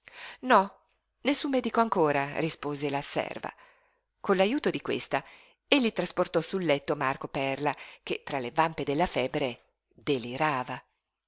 no nessun medico ancora rispose la serva con l'ajuto di questa egli trasportò sul letto marco perla che tra le vampe della febbre delirava